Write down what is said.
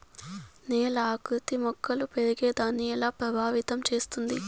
నేల ఆకృతి మొక్కలు పెరిగేదాన్ని ఎలా ప్రభావితం చేస్తుంది?